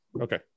okay